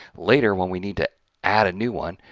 later when we need to add a new one,